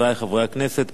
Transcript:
חברי חברי הכנסת,